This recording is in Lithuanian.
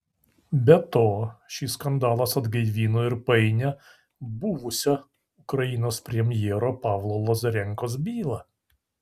be to šis skandalas atgaivino ir painią buvusio ukrainos premjero pavlo lazarenkos bylą